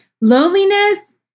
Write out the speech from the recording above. loneliness